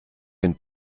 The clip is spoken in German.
den